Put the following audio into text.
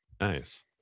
Nice